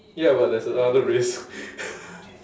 ya but there's another risk